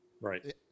right